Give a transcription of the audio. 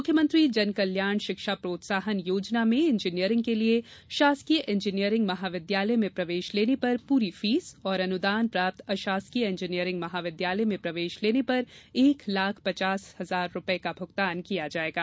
मुख्यमंत्री जनकल्याण शिक्षा प्रोत्साहन योजना में इजीनियरिंग के लिये शासकीय इंजीनियरिंग महाविद्यालय में प्रवेश लेने पर पूरी फीस और अनुदान प्राप्त अशासकीय इंजीनियरिंग महाविद्यालय में प्रवेश लेने पर एक लाख पचास हजार रूपये का भुगतान किया जायेगा